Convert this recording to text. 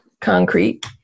concrete